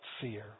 fear